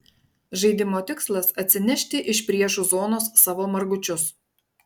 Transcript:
žaidimo tikslas atsinešti iš priešų zonos savo margučius